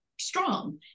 strong